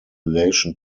relation